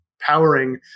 powering